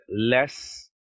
less